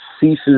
ceases